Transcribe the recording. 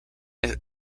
and